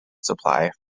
supply